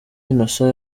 innocent